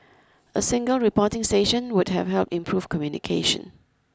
a single reporting station would have helped improve communication